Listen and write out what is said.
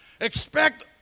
expect